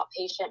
outpatient